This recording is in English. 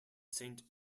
saint